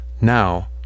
Now